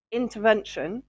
intervention